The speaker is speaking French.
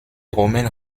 romaines